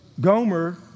Gomer